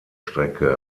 strecke